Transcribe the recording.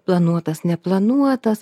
planuotas neplanuotas